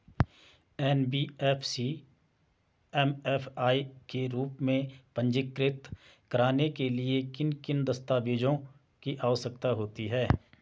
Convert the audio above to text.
NBFC MFI के रूप में पंजीकृत कराने के लिए किन किन दस्तावेज़ों की आवश्यकता होती है?